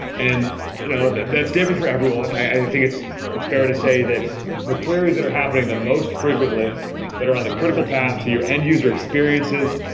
and you know that's different for everyone. i think it's it's fair to say that the queries that are happening the most frequently that are on the critical path to your end user experiences,